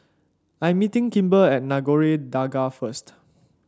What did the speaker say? I'm meeting Kimber at Nagore Dargah first